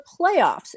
playoffs